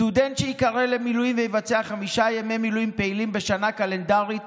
סטודנט שייקרא למילואים ויבצע חמישה ימי מילואים פעילים בשנה קלנדרית